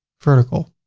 vertical.